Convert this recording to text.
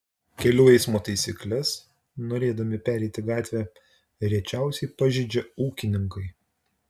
kelių eismo taisykles norėdami pereiti gatvę rečiausiai pažeidžia ūkininkai